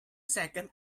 second